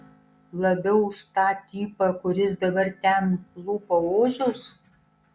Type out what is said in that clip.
labiau už tą tipą kuris dabar ten lupa ožius